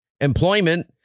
employment